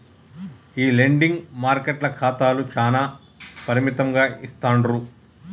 ఈ లెండింగ్ మార్కెట్ల ఖాతాలు చానా పరిమితంగా ఇస్తాండ్రు